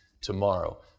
tomorrow